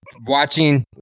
watching